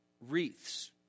Wreaths